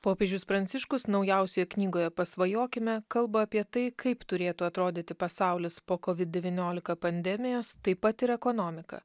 popiežius pranciškus naujausioje knygoje pasvajokime kalba apie tai kaip turėtų atrodyti pasaulis po kovid devyniolika pandemijos taip pat ir ekonomika